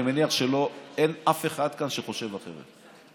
אני מניח שאין אף אחד כאן שחושב אחרת.